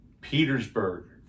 Petersburg